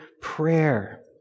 prayer